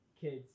kids